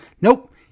Nope